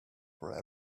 for